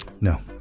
No